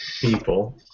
people